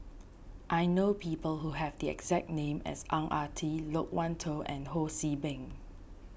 I know people who have the exact name as Ang Ah Tee Loke Wan Tho and Ho See Beng